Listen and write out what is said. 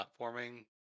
platforming